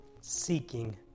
seeking